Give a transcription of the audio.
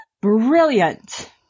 Brilliant